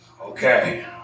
Okay